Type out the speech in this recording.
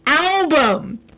album